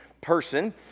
person